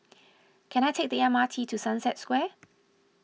can I take the M R T to Sunset Square